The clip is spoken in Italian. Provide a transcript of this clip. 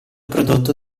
prodotto